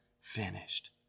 finished